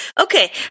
Okay